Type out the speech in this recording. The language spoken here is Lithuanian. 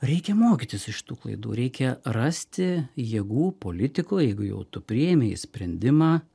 reikia mokytis iš tų klaidų reikia rasti jėgų politikoj jeigu jau tu priėmei sprendimą